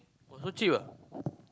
oh so cheap ah